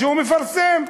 שהוא מפרסם,